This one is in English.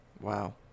Wow